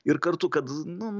ir kartu kad nu